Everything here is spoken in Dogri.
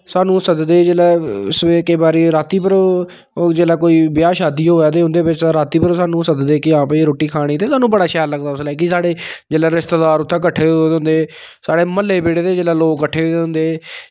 स्हानू सददे जेल्लै केईं बारी रातीं पर ओह् जेल्लै कोई ब्याह् शादी होऐ ते ओह् रातीं पर सददे कि आं भई रुट्टी खानी ते मिगी बड़ा शैल लगदी कि भई साढ़े रिश्तेदार जेल्लै किट्ठे होए दे होंदे साढ़े म्हल्ले बेह्ड़े दे लोग जेल्लै किट्ठे होए दे होंदे